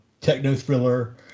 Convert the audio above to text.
techno-thriller